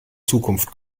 zukunft